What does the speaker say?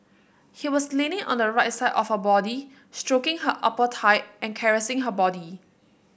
he was leaning on the right side of her body stroking her upper thigh and caressing her body